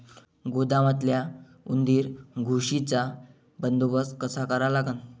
गोदामातल्या उंदीर, घुशीचा बंदोबस्त कसा करा लागन?